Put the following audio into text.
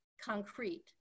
concrete